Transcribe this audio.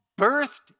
birthed